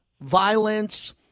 violence